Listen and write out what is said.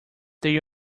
they